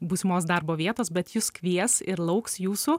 būsimos darbo vietos bet jus kvies ir lauks jūsų